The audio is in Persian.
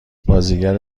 بازیگر